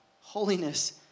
holiness